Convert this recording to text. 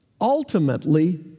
Ultimately